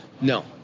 no